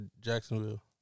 Jacksonville